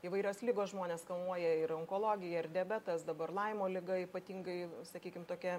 įvairios ligos žmones kamuoja ir onkologija ir diabetas dabar laimo liga ypatingai sakykim tokia